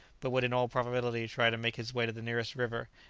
but would in all probability try to make his way to the nearest river,